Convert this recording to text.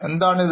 എന്താണിത്